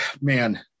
man